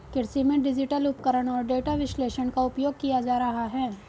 कृषि में डिजिटल उपकरण और डेटा विश्लेषण का उपयोग किया जा रहा है